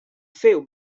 féu